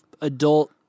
adult